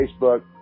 Facebook